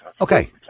Okay